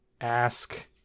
ask